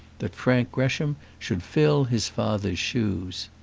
that frank gresham should fill his father's shoes.